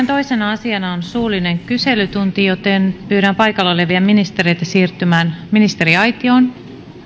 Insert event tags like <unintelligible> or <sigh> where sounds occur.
<unintelligible> toisena asiana on suullinen kyselytunti pyydän paikalla olevia ministereitä siirtymään ministeriaitioon